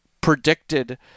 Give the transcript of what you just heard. predicted